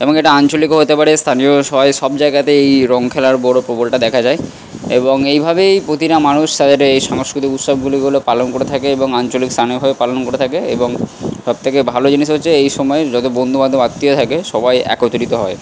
এবং এটা আঞ্চলিকও হতে পারে স্থানীয় সবাই সব জায়গাতেই রঙ খেলার বড় প্রবলটা দেখা যায় এবং এইভাবেই প্রতিটা মানুষ তাদের এই সাংস্কৃতিক উৎসবগুলিগুলো পালন করে থাকে এবং আঞ্চলিক স্থানীয়ভাবে পালন করে থাকে এবং সবথেকে ভালো জিনিস হচ্ছে এই সময়ে যত বন্ধুবান্ধব আত্মীয় থাকে সবাই একত্রিত হয়